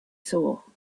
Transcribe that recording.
saw